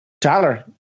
tyler